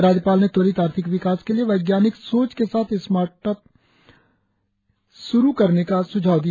राज्यपाल ने त्वरित आर्थिक विकास के लिए वैज्ञानिक सोच के साथ स्मार्ट अप शुरु करने का सुझाव दिया